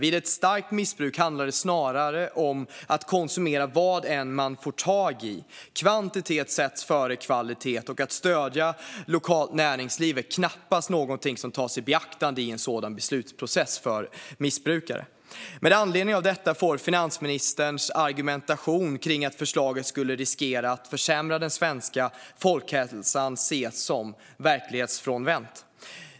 Vid ett starkt missbruk handlar det snarare om att konsumera vad än man får tag i. Kvantitet sätts före kvalitet. Att stödja lokalt näringsliv är knappast någonting som tas i beaktande i en sådan beslutsprocess för missbrukare. Med anledning av detta får finansministerns argumentation kring att förslaget skulle riskera att försämra den svenska folkhälsan ses som verklighetsfrånvänd.